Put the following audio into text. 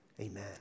Amen